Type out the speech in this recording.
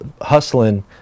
hustling